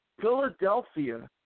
Philadelphia